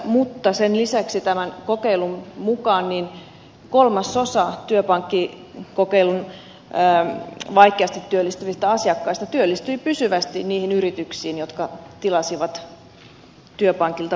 mutta sen lisäksi tämän kokeilun mukaan kolmasosa työpankkikokeilun vaikeasti työllistyvistä asiakkaista työllistyi pysyvästi niihin yrityksiin jotka tilasivat työpankilta vuokratyövoimaa